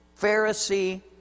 Pharisee